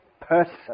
person